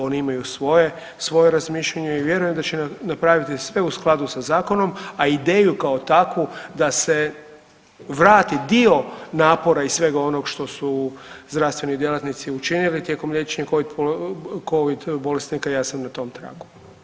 Oni imaju svoje razmišljanje i vjerujem da će napraviti sve u skladu sa zakonom, a ideju kao takvu da se vrati dio napora i svega onoga što su zdravstveni djelatnici učinili tijekom liječenja covid bolesnika ja sam na tom tragu.